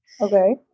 Okay